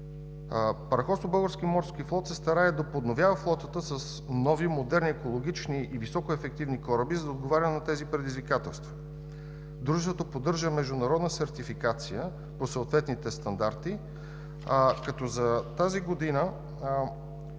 Параходство Български морски флот се старае да подновява флотата с нови модерни, екологични и високоефективни кораби, за да отговаря на тези предизвикателства. Дружеството поддържа международна сертификация по съответните стандарти, като за тази година